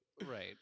Right